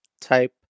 type